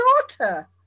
daughter